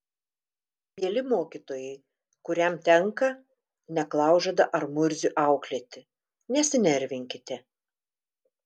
mieli mokytojai kuriam tenka neklaužadą ar murzių auklėti nesinervinkite